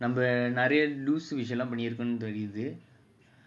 நம்மநெறயலூசுவிஷயமெல்லாம்பண்ணிருப்போம்னுதெரியுது:namma neraya loosu vishayamellam pannirupomnu theriuthu